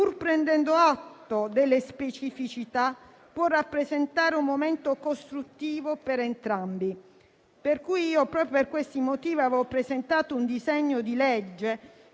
pur prendendo atto delle specificità, può rappresentare un momento costruttivo per entrambi. Proprio per questi motivi avevo presentato un disegno di legge